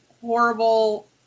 horrible